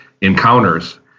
encounters